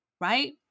right